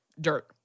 dirt